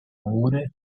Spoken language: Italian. amore